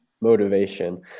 motivation